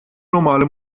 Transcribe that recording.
normale